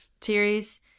series